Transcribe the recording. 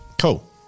Cool